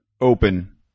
open